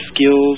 skills